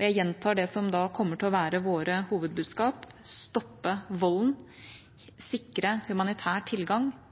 Jeg gjentar det som kommer til å være våre hovedbudskap: stoppe